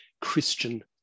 Christian